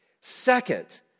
Second